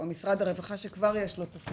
או משרד הרווחה שכבר יש לו הסמכות,